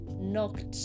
knocked